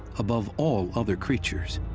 above all other creatures.